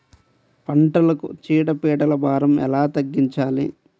పంటలకు చీడ పీడల భారం ఎలా తగ్గించాలి?